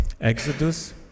Exodus